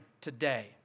today